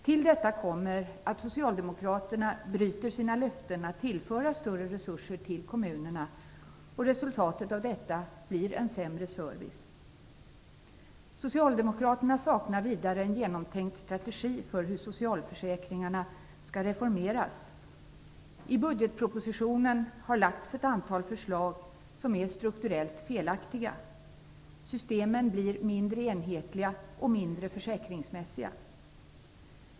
Till detta kommer att socialdemokraterna bryter sina löften om att tillföra mera resurser till kommunerna. Resultatet av detta blir en sämre service. Socialdemokraterna saknar vidare en genomtänkt strategi för hur socialförsäkringarna skall reformeras. I budgetpropositionen har det lagts fram ett antal förslag som är strukturellt felaktiga. Systemen blir mindre enhetliga och mindre försäkringsmässiga.